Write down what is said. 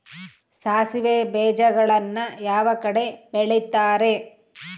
ಸಾಸಿವೆ ಬೇಜಗಳನ್ನ ಯಾವ ಕಡೆ ಬೆಳಿತಾರೆ?